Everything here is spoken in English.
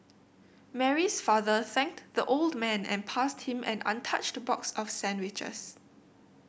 Mary's father thanked the old man and passed him an untouched box of sandwiches